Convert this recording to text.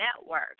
Network